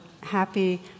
happy